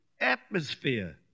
atmosphere